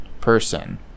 person